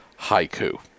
Haiku